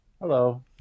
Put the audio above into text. Hello